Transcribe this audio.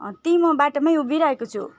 अँ त्यहीँ म बाटामै उभिरहेको छु